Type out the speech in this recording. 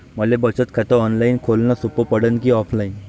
मले बचत खात ऑनलाईन खोलन सोपं पडन की ऑफलाईन?